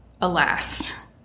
alas